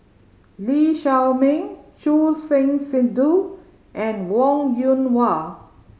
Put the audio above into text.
Lee Shao Meng Choor Singh Sidhu and Wong Yoon Wah